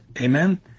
Amen